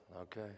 Okay